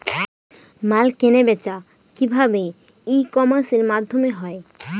মাল কেনাবেচা কি ভাবে ই কমার্সের মাধ্যমে হয়?